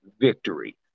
victory